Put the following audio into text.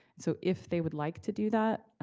so if they would like to do that,